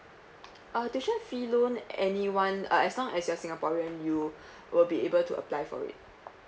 uh tuition fee loan anyone uh as long as you're singaporean you will be able to apply for it